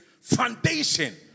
foundation